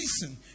listen